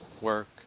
work